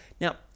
Now